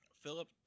Philip